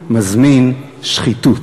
וחסוי מזמין שחיתות.